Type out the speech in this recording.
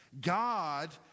God